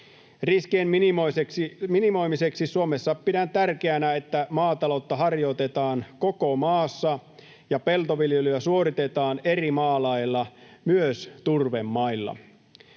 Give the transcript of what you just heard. Riskien minimoimiseksi Suomessa pidän tärkeänä, että maataloutta harjoitetaan koko maassa ja peltoviljelyä suoritetaan eri maalajeilla, myös turvemailla.